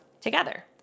together